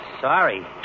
sorry